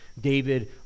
David